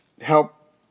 help